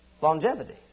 Longevity